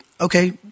okay